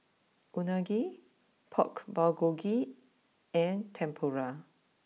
Unagi Pork Bulgogi and Tempura